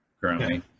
currently